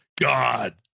God